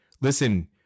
listen